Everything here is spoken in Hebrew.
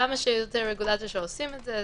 כמה שיותר רגולטורים שעושים את זה - טוב.